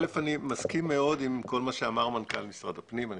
אני מסכים מאוד עם כל מה שאמר מנכ"ל משרד הפנים.